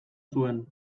zuen